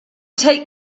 take